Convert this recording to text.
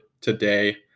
today